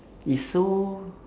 is so